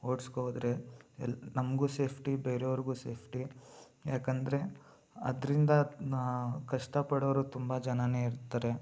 ಓಡಿಸ್ಕೋ ಹೋದ್ರೆ ಎಲ್ಲ ನಮಗೂ ಸೇಫ್ಟಿ ಬೇರೆಯವ್ರಿಗೂ ಸೇಫ್ಟಿ ಯಾಕಂದರೆ ಅದರಿಂದ ನಾ ಕಷ್ಟಪಡೋರು ತುಂಬ ಜನಾ ಇರ್ತಾರೆ